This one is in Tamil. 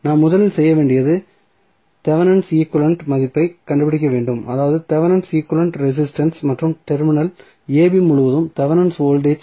நாம் முதலில் செய்ய வேண்டியது தெவெனின் ஈக்வலன்ட் மதிப்பைக் கண்டுபிடிக்க வேண்டும் அதாவது தெவெனின் ஈக்வலன்ட் ரெசிஸ்டன்ஸ் மற்றும் டெர்மினல் ab முழுவதும் தெவெனின் வோல்டேஜ்